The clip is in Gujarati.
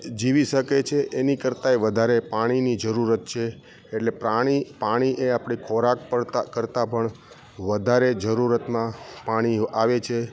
જીવી શકે છે એની કરતાંય વધારે પાણીની જરૂરત છે એટલે પ્રાણી પાણી એ આપણે ખોરાક અરતા કરતાં પણ વધારે જરૂરતમાં પાણી આવે છે